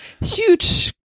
huge